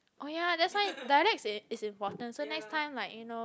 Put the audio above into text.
oh ya that's why dialect is is important so next time like you know